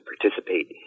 participate